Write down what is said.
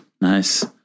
Nice